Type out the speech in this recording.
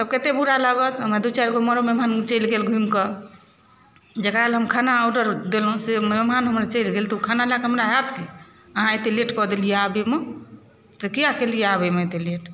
तब केते बुरा लगत हमर दू चारिगो मरो मेहमान चलि गेल घुमि कऽ जकरा लए हम खाना ऑडर देलहुॅं से मेहमान हमर चलि गेल तऽ ओ खाना लए कऽ हमरा होयत की अहाँ एते लेट कऽ देलियै आबैमे तऽ किया केलियै आबै मे एते लेट